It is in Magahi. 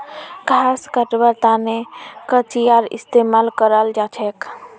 घास कटवार तने कचीयार इस्तेमाल कराल जाछेक